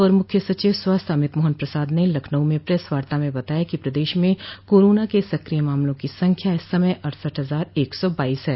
अपर मुख्य सचिव स्वास्थ्य अमित मोहन प्रसाद ने लखनऊ में प्रेस वार्ता में बताया कि प्रदेश में कोरोना के सक्रिय मामलों की संख्या इस समय अड़सठ हजार एक सो बाइस है